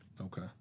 Okay